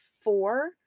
four